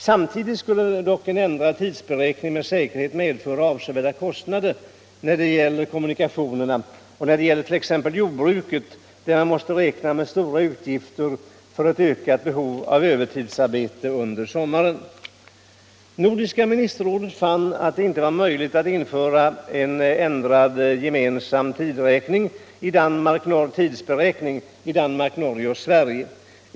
Samtidigt skulle dock en ändrad tidsberäkning med säkerhet medföra avsevärda kostnader när det gäller kommunikationerna och när det gäller t.ex. jordbruket, där man måste räkna med stora utgifter för ett ökat behov av övertidsarbete under sommaren. Nordiska ministerrådet fann att det inte var möjligt att införa ändrad gemensam tidsberäkning i Danmark, Norge och Sverige.